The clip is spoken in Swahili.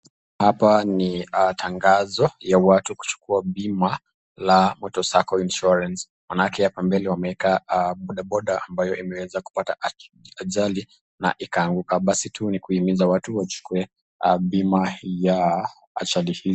Hapa ni a tangazo ya watu kuchukuwa bima la motorcycle insurance , manake hapa mbele wameweka boda boda, na imeweza kupata ajali, ikaanguka basi hii ni kumiza watu wachukue bima.